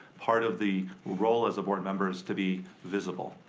part of the role as a board member is to be visible.